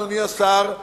אדוני השר,